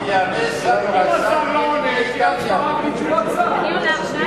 אם השר לא עונה, תהיה הצבעה בלי תשובת שר.